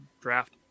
draft